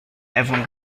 everyone